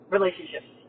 Relationships